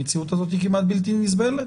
המציאות הזאת היא כמעט בלתי נסבלת.